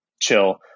chill